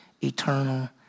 eternal